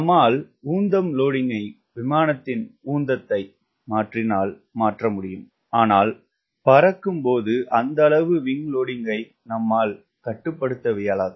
நம்மால் உந்தம் லோடிங்கினை விமானத்தின் உந்தத்தை மாற்றினால் மாற்றமுடியும் ஆனால் பறக்கும்போது அந்தளவு விங்க் லோடிங்கினை நம்மால் கட்டுப்படுத்தவியலாது